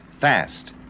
Fast